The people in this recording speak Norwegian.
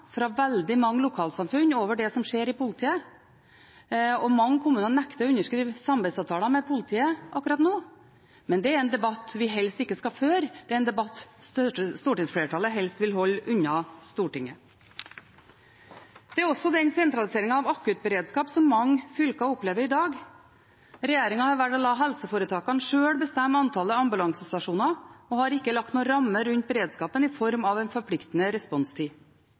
fra veldig mange lokalsamfunn på det som skjer i politiet, og mange kommuner nekter å underskrive samarbeidsavtaler med politiet nå, men det er en debatt vi helst ikke skal føre. Det er en debatt stortingsflertallet helst vil holde unna Stortinget. Det er også sentraliseringen av akuttberedskap som mange fylker opplever i dag. Regjeringen har valgt å la helseforetakene sjøl bestemme antallet ambulansestasjoner og har ikke lagt noen ramme rundt beredskapen i form av en forpliktende responstid.